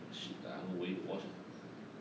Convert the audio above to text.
!wah! shit lah no way to watch la